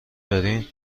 دارین